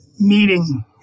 meeting